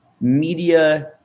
media